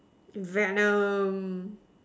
Venom